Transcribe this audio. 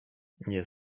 nie